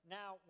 now